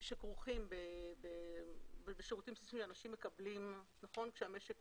שכרוכים בשירותים שאנשים מקבלים כשהמשק